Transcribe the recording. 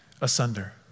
asunder